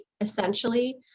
essentially